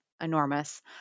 enormous